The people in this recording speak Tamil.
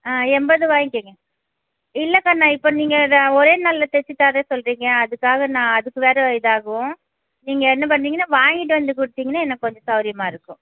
ஆ எண்பது வாங்க்கிங்க இல்லை கண்ணா இப்போ நீங்கள் இதை ஒரே நாளில் தைச்சி தர சொல்கிறிங்க அதுக்காக நான் அதுக்கு வேறு இதாகும் நீங்கள் என்ன பண்ணுறிங்கனா வாங்கிட்டு வந்து கொடுத்திங்னா எனக்கு கொஞ்சம் சௌரியமாக இருக்கும்